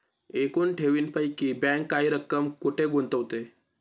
एकूण ठेवींपैकी बँक काही रक्कम कुठे गुंतविते?